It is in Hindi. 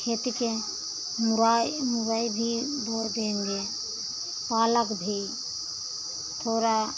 खेती के मुराइ मुराई भी बो देंगे पालक भी थोड़ा